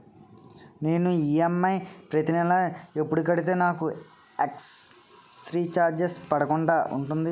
నేను ఈ.ఎం.ఐ ప్రతి నెల ఎపుడు కడితే నాకు ఎక్స్ స్త్ర చార్జెస్ పడకుండా ఉంటుంది?